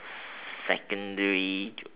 secondary